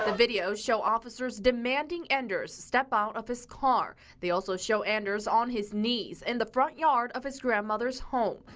videos show officers demanding anders step out of his car. they also show anders on his knees in the front yard of his grandmother's home,